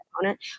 opponent